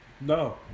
No